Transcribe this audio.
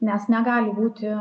nes negali būti